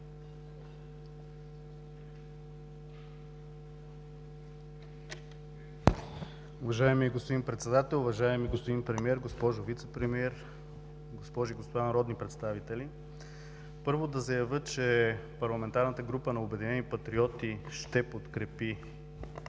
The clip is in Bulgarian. Първо, да заявя, че парламентарната група на „Обединени патриоти“ ще подкрепи